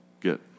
get